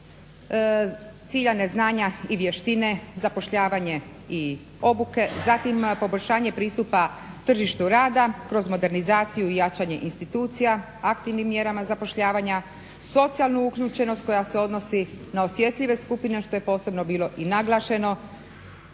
ciljane znanja i vještine zapošljavanje i obuke. Zatim poboljšanje pristupa tržištu rada kroz modernizaciju i jačanje institucija aktivnim mjerama zapošljavanja, socijalnu uključenost koja se odnosi na osjetljive skupine što je posebno bilo i naglašeno.